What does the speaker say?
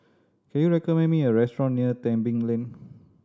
can you recommend me a restaurant near Tebing Lane